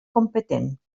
competent